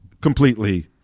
completely